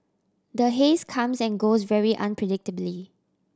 the haze comes and goes very unpredictably